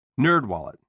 NerdWallet